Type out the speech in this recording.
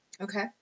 Okay